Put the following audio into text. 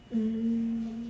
mm